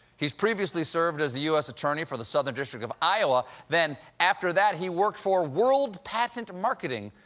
he's previously served as the u s. attorney for the southern district of iowa. then, after that, he worked for world patent marketing,